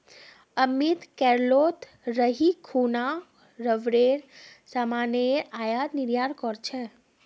अमित केरलत रही खूना रबरेर सामानेर आयात निर्यात कर छेक